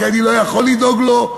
כי אני לא יכול לדאוג לו.